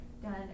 Done